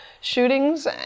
shootings